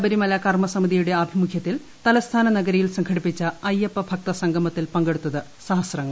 ശബരിമല കർമസ്മിതിയുടെ ആഭിമുഖൃത്തിൽ തലസ്ഥാനനഗ്ഗൃതിയിൽ സംഘടിപ്പിച്ച അയ്യപ്പഭക്ത സംഗമത്തിൽ പ്പങ്കെടുത്തത് പതിനായിരങ്ങൾ